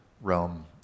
Realm